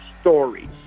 story